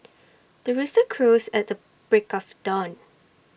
the rooster crows at the break of dawn